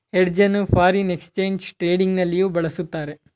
hedge ಅನ್ನು foreign exchange trading ನಲ್ಲಿಯೂ ಬಳಸುತ್ತಾರೆ